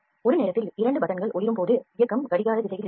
ஒரு நேரத்தில் 2 பட்டன்கள் ஒளிரும் போது இயக்கம் கடிகார திசையில் இருக்கும்